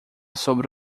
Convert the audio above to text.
sobre